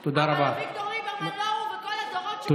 אבל אביגדור ליברמן, לא הוא ולא כל הדורות,